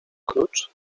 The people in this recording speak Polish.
klucz